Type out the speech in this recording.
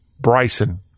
Bryson